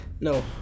no